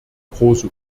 große